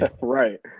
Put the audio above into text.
Right